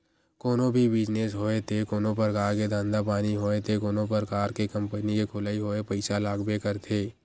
कोनो भी बिजनेस होय ते कोनो परकार के धंधा पानी होय ते कोनो परकार के कंपनी के खोलई होय पइसा लागबे करथे